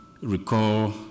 recall